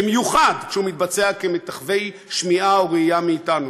בייחוד כשהוא מתבצע כמטחווי שמיעה או ראייה מאתנו.